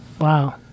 Wow